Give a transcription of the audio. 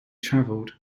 travelled